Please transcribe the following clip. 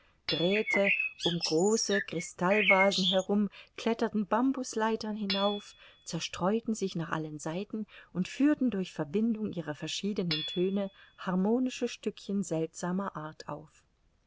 um große krystallvasen herum kletterten bambusleitern hinauf zerstreuten sich nach allen seiten und führten durch verbindung ihrer verschiedenen töne harmonische stückchen seltsamer art auf